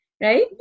right